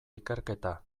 ikerketa